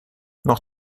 noch